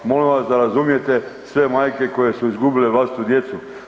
Molim vas da razumijete sve majke koje su izgubile vlastitu djecu.